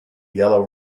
yellow